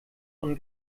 von